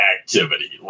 activity